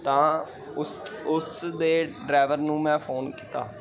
ਤਾਂ ਉਸ ਉਸ ਦੇ ਡਰਾਈਵਰ ਨੂੰ ਮੈਂ ਫੋਨ ਕੀਤਾ